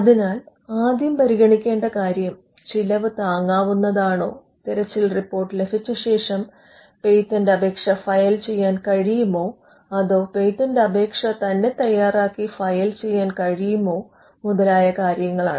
അതിനാൽ ആദ്യം പരിഗണിക്കേണ്ട കാര്യം ചിലവ് താങ്ങാവുന്നതാണോ തിരച്ചിൽ റിപ്പോർട്ട് ലഭിച്ച ശേഷം പേറ്റന്റ് അപേക്ഷ ഫയൽ ചെയ്യാൻ കഴിയുമോ അതോ പേറ്റന്റ് അപേക്ഷ തന്നെ തയ്യാറാക്കി ഫയൽ ചെയ്യാൻ കഴിയുമോ മുതലായ കാര്യങ്ങളാണ്